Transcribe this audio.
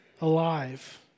alive